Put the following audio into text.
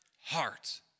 heart